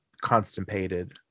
constipated